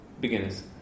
beginners